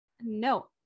No